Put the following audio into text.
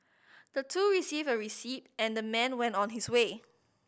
the two received a receipt and the man went on his way